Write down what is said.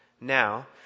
Now